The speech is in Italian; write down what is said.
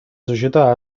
società